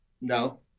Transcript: no